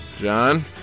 John